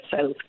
south